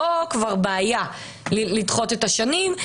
זו כבר בעיה לדחות את השנים,